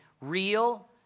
real